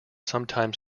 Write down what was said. sometimes